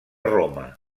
roma